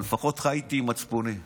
אבל לפחות חייתי עם מצפוני.